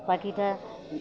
পাখিটা